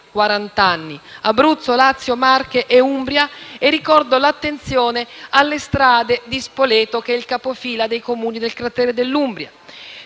(quarant'anni), Abruzzo, Lazio, Marche, Umbria e ricordo l'attenzione alle strade di Spoleto, che è il capofila tra i Comuni del cratere dell'Umbria.